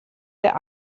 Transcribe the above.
der